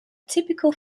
typical